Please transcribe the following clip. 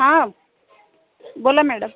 हा बोला मॅडम